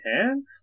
hands